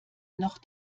noch